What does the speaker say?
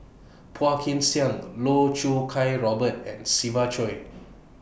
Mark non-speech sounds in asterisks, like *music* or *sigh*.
Phua Kin Siang Loh Choo Kiat Robert and Siva Choy *noise*